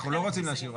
אנחנו לא רוצים להשאיר.